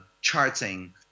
charting